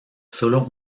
solo